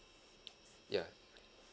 ya